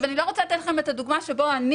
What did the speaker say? אני לא רוצה לתת לכם את הדוגמה בה אני,